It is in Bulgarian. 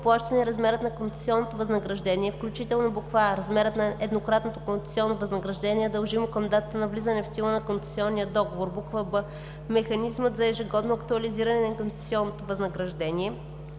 плащане и размерът на концесионното възнаграждение, включително: а) размерът на еднократното концесионно възнаграждение, дължимо към датата на влизане в сила на концесионния договор; б) механизмът за ежегодно актуализиране на концесионното възнаграждение;